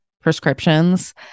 prescriptions